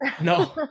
No